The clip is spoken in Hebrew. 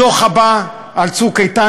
הדוח הבא על "צוק איתן",